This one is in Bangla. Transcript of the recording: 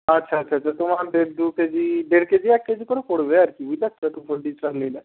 আচ্ছা আচ্ছা আচ্ছা তোমার দেড় দু কেজি দেড় কেজি এক কেজি করে পড়বে আর কি বুঝতে পারছো টু ফোর ডিটা নিলে